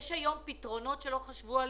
יש היום פתרונות שלא חשבו עליהם,